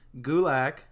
Gulak